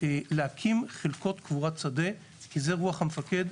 להקים חלקות קבורת שדה כי זה רוח המפקד,